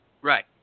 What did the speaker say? Right